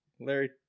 Larry